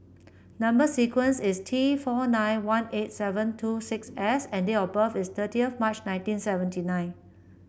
number sequence is T four nine one eight seven two six S and date of birth is thirtieth March nineteen seventy nine